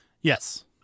yes